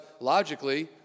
logically